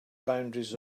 boundaries